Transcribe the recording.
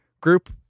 group